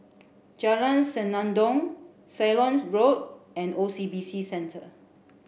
Jalan Senandong Ceylon Road and O C B C Centre